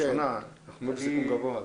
שמי ד"ר שר.